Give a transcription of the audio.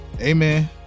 Amen